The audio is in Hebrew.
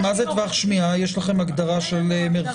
יש לכם הגדרה של טווח שמיעה?